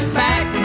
back